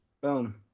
Boom